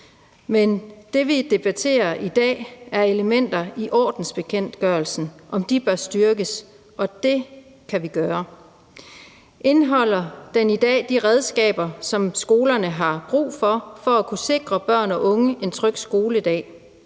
men det, vi debatterer i dag, er elementer i ordensbekendtgørelsen, og om de bør styrkes, og det kan vi gøre. Indeholder den i dag de redskaber, som skolerne har brug for for at kunne sikre børn og unge en tryg skoledag?